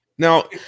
Now